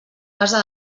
casa